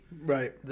right